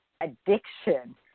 addiction